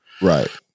Right